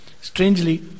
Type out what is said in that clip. Strangely